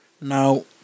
Now